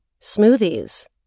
Smoothies